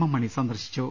M Mani സന്ദർശിച്ചു